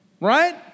Right